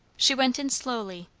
she went in slowly,